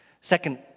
Second